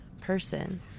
person